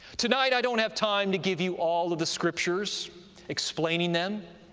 tonight i don't have time to give you all of the scriptures explaining them,